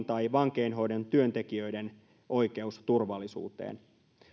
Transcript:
tai vankeinhoidon työntekijöiden oikeus turvallisuuteen